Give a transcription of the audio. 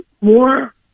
more